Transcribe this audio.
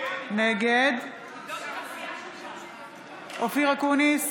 נגד אופיר אקוניס,